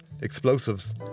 Explosives